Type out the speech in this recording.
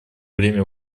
время